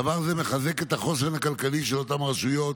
דבר זה מחזק את החוסן הכלכלי של אותן רשויות,